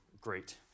great